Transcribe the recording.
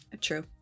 True